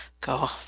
go